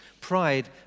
Pride